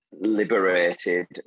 liberated